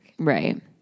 Right